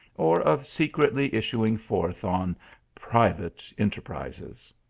or of secretly issuing forth on private enterprises.